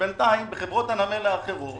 בינתיים בחברות הנמל האחרות